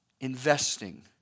Investing